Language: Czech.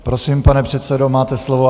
Prosím, pane předsedo, máte slovo.